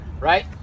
Right